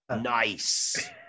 Nice